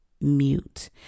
mute